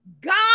God